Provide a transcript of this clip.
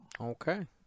Okay